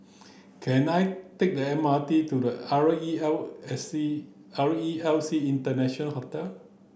can I take the M R T to R E L C R E L C International Hotel